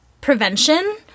prevention